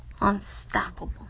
unstoppable